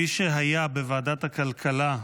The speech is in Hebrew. מי שהיה בוועדת הכלכלה,